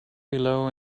below